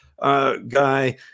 guy